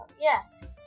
Yes